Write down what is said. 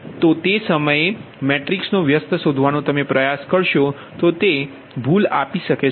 તે સમયે જો તમે મેટ્રિક્સનો વ્યસ્ત શોધવાનો પ્રયાસ કરો તો તે ભૂલ આપી શકે છે